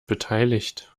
beteiligt